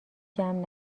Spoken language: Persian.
جمع